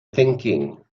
thinking